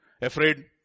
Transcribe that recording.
afraid